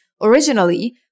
originally